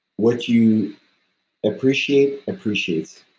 what you appreciate, appreciates.